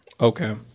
Okay